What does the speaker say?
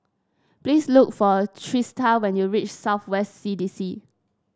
please look for Trista when you reach South West C D C